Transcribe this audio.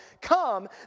come